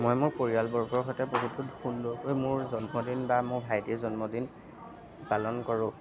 মই মোৰ পৰিয়ালবৰ্গৰ সৈতে বহুত সুন্দৰকৈ মোৰ জন্মদিন বা মোৰ ভাইটিৰ জন্মদিন পালন কৰোঁ